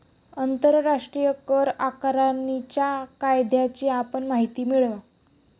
आंतरराष्ट्रीय कर आकारणीच्या कायद्याची आपण माहिती मिळवा